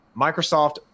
Microsoft